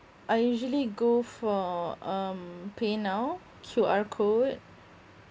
I usually go for um paynow Q_R code